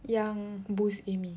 yang boost Amy